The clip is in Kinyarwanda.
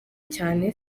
cyane